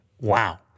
wow